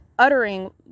uttering